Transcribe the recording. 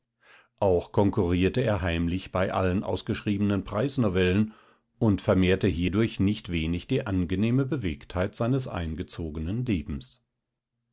auch konkurrierte er heimlich bei allen ausgeschriebenen preisnovellen und vermehrte hiedurch nicht wenig die angenehme bewegtheit seines eingezogenen lebens